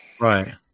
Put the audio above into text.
right